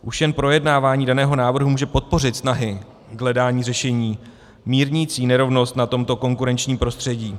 Už jen projednávání daného návrhu může podpořit snahy k hledání řešení mírnící nerovnost na tomto konkurenčním prostředí.